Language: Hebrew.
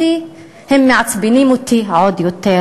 הם מעצבנים אותי עוד יותר.